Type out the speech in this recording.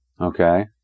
Okay